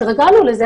התרגלנו לזה,